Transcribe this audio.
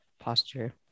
posture